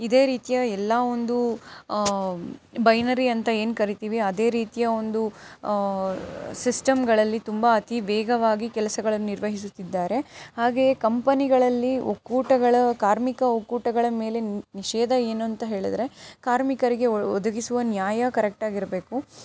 ಇದೇ ರೀತಿಯ ಎಲ್ಲ ಒಂದು ಬೈನರಿ ಅಂತ ಏನು ಕರೀತೀವಿ ಅದೇ ರೀತಿಯ ಒಂದು ಸಿಸ್ಟಮ್ಗಳಲ್ಲಿ ತುಂಬ ಅತಿ ವೇಗವಾಗಿ ಕೆಲ್ಸಗಳನ್ನು ನಿರ್ವಹಿಸುತ್ತಿದ್ದಾರೆ ಹಾಗೆಯೇ ಕಂಪನಿಗಳಲ್ಲಿ ಒಕ್ಕೂಟಗಳ ಕಾರ್ಮಿಕ ಒಕ್ಕೂಟಗಳ ಮೇಲೆ ನಿಷೇಧ ಏನು ಅಂತ ಹೇಳಿದ್ರೆ ಕಾರ್ಮಿಕರಿಗೆ ಒ ಒದಗಿಸುವ ನ್ಯಾಯ ಕರೆಕ್ಟಾಗಿ ಇರಬೇಕು